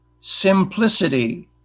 simplicity